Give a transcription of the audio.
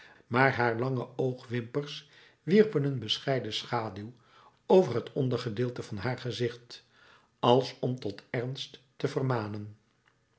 maar haar lange oogwimpers wierpen een bescheiden schaduw over het ondergedeelte van haar gezicht als om tot ernst te vermanen